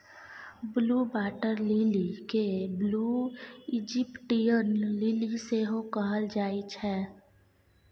blue water lily केँ blue Egyptian lily सेहो कहल जाइ छै